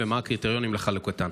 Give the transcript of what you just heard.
3. מה הקריטריונים לחלוקתם?